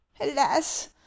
Alas